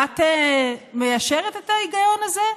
את מאשרת את ההיגיון הזה?